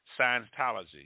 Scientology